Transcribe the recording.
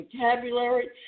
vocabulary